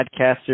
podcaster